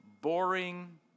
boring